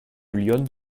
lyonne